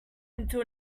until